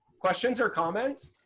questions or comments?